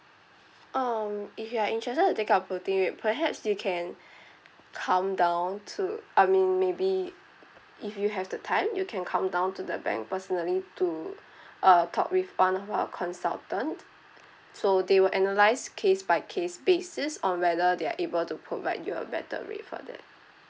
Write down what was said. um if you are interested to take out floating rate perhaps you can come down to I mean maybe if you have the time you can come down to the bank personally to uh talk with one of our consultant so they will analyse case by case basis on whether they are able to provide you a better rate for that